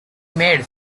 made